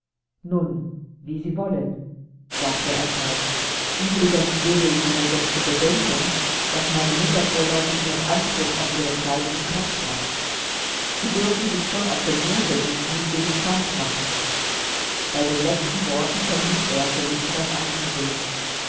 nun wie sie wollen sagte er kalt uebrigens gebe ich ihnen doch zu bedenken daß meine mutter vorläufig noch anspruch auf ihre zeit und kraft hat sie dürfen sich schon aus dem grunde nicht mutwillig krank machen bei den letzten worten vermied er felicitas anzusehen